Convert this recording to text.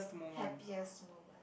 happiest moment